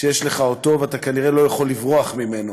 שיש לך, ואתה כנראה לא יכול לברוח ממנו.